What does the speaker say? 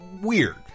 weird